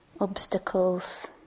obstacles